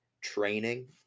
training